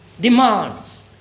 demands